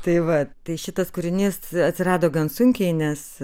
tai va tai šitas kūrinys atsirado gan sunkiai nes